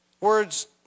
Words